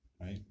Right